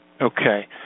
Okay